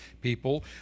people